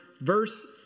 verse